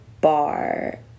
bar